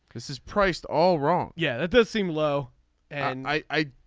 this is priced all wrong. yeah it does seem low and i